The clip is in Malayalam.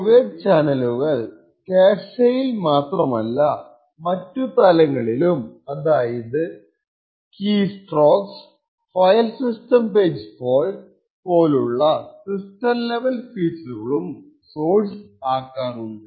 ഇതുപോലുള്ള കൊവേർട്ട് ചാനലുകൾ ക്യാഷെയിൽ മാത്രമല്ല മറ്റു തലങ്ങളിലും അതായത് key strokes file system page fault പോലുള്ള സിസ്റ്റം ലെവൽ ഫീച്ചറുകളും സോഴ്സ് ആക്കാറുണ്ട്